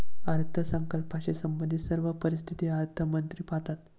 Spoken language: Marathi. अर्थसंकल्पाशी संबंधित सर्व परिस्थिती अर्थमंत्री पाहतात